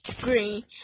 green